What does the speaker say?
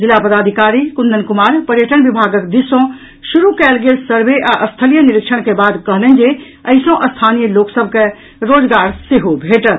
जिला पदाधिकारी कुंदन कुमार पर्यटन विभागक दिस सँ शुरू कयल गेल सर्वे आ स्थलीय निरीक्षण के बाद कहलनि जे एहि सँ स्थानीय लोक सभ के रोजगार सेहो भेटत